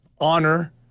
honor